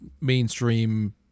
mainstream